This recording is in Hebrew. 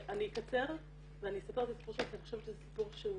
אני אקצר ואני אספר את הסיפור שלה כי אני חושבת שזה סיפור שהוא